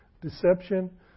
deception